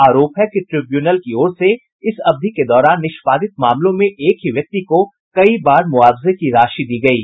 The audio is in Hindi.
आरोप है कि ट्रिब्यूनल की ओर से इस अवधि के दौरान निष्पादित मामलों में एक ही व्यक्ति को कई बार मुआवजे की राशि दी गयी